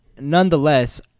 nonetheless